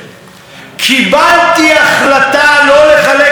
כך אמר פילבר באותו דיון,